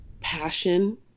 passion